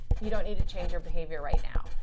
you don't need to change your behavior right now.